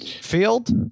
Field